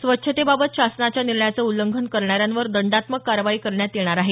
स्वच्छतेबाबत शासनाच्या निर्णयाचं उल्लंघन करणार्यांवर दंडात्मक कारवाई करण्यात येणार आहे